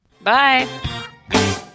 Bye